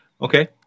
Okay